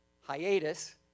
hiatus